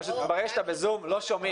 פשוט ברגע שאתה בזום לא שומעים.